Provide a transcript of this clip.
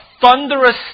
thunderous